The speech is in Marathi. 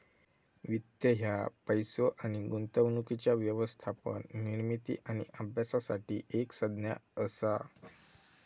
वित्त ह्या पैसो आणि गुंतवणुकीच्या व्यवस्थापन, निर्मिती आणि अभ्यासासाठी एक संज्ञा असा